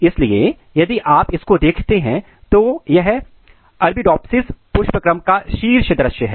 इसलिए यदि आप इसको देखते हैं तो यह अरबिडोप्सिस पुष्पक्रम का शीर्ष दृश्य है